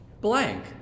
blank